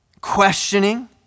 questioning